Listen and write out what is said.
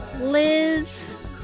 liz